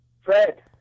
Fred